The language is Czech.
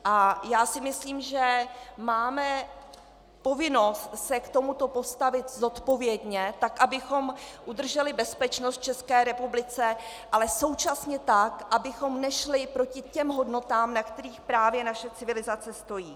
A já si myslím, že máme povinnost se k tomuto postavit zodpovědně, tak, abychom udrželi bezpečnost v České republice, ale současně tak, abychom nešli proti hodnotám, na kterých právě naše civilizace stojí.